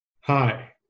Hi